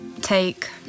take